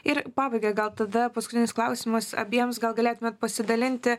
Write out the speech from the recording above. ir pabaigai gal tada paskutinis klausimas abiems gal galėtumėt pasidalinti